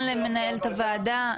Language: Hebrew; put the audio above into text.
למנהלת הוועדה,